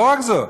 לא רק זאת,